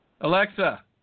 Alexa